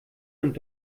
und